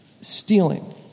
Stealing